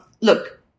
Look